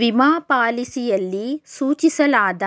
ವಿಮಾ ಪಾಲಿಸಿಯಲ್ಲಿ ಸೂಚಿಸಲಾದ